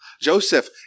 Joseph